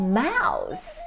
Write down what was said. mouse